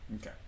Okay